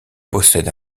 possède